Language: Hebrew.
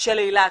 של אילת.